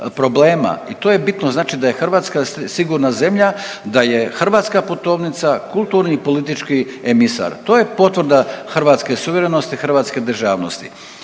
i to je bitno, znači da je Hrvatska sigurna zemlja, da je hrvatska putovnica kulturni politički emisar, to je potvrda hrvatske suverenosti i hrvatske državnosti